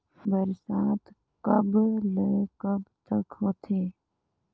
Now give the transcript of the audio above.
बरसात कब ल कब तक होथे?